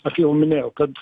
aš jau minėjau kad